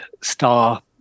star